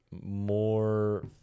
more